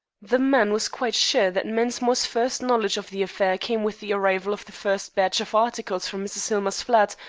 the man was quite sure that mensmore's first knowledge of the affair came with the arrival of the first batch of articles from mrs. hillmer's flat,